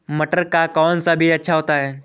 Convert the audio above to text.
मटर का कौन सा बीज अच्छा होता हैं?